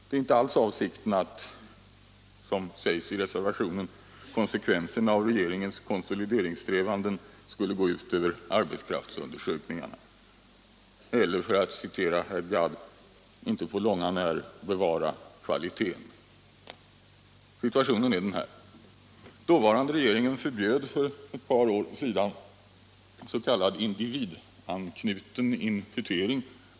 Dét är inte alls avsikten att, som det sägs i reservationen, = Anslag till statistis ”konsekvenserna av regeringens konsolideringssträvanden skulle gå ut — ka centralbyrån över arbetskraftsundersökningarna” eller att dessa, för att använda herr Gadds ord, inte på långt när skulle bevara kvaliteten. Situationen är denna. Dåvarande regeringen förbjöd för ett par år sedan av integritetsskäl s.k. individanknuten imputering.